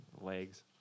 legs